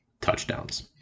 touchdowns